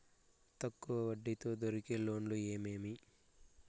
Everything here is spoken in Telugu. తక్కువ వడ్డీ తో దొరికే లోన్లు ఏమేమీ?